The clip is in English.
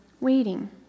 waiting